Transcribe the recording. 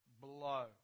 blow